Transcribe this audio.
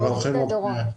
אנחנו מברכים אתכם,